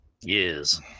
Yes